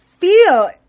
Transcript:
feel